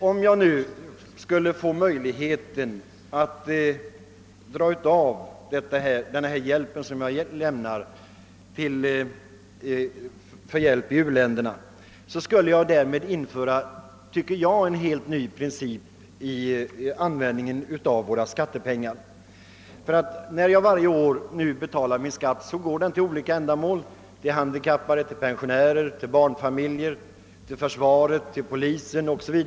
Om jag skulle få möjligheten att göra avdrag för den hjälp jag lämnar till u-länderna skulle därigenom, tycker jag, en helt ny princip införas för användningen av skattepengarna, ty när jag nu varje år betalar min skatt går den till olika ändamål — till handikappade, till pensionärer, till barnfamiljer, till försvaret, till polisen o. s. v.